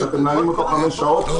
שאתם מנהלים אותו חמש שעות.